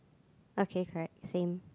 okay correct same